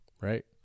Right